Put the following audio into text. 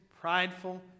prideful